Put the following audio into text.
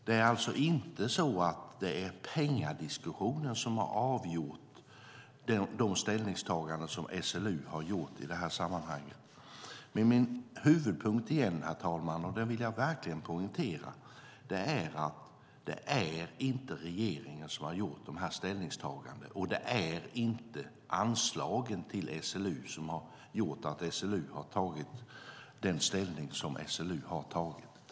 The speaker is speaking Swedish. Det är alltså inte pengadiskussionen som avgjort vilka ställningstaganden som SLU har gjort i det här sammanhanget. Min huvudpunkt är, och det vill jag verkligen poängtera, herr talman, att det inte är regeringen som har gjort de här ställningstagandena, och det är inte anslagen till SLU som har gjort att SLU tagit den ställning som SLU tagit.